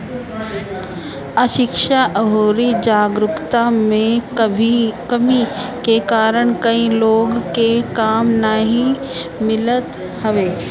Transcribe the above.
अशिक्षा अउरी जागरूकता में कमी के कारण कई लोग के काम नाइ मिलत हवे